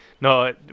no